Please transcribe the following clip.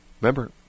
remember